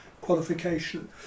qualification